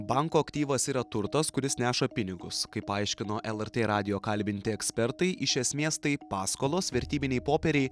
banko aktyvas yra turtas kuris neša pinigus kaip paaiškino lrt radijo kalbinti ekspertai iš esmės tai paskolos vertybiniai popieriai